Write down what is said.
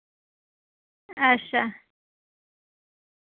अच्छा